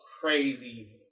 crazy